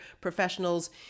Professionals